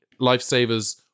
lifesavers